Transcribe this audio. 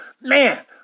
Man